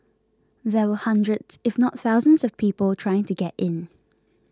there were hundreds if not thousands of people trying to get in